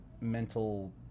mental